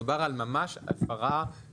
מדובר על ממש הפרה,